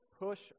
push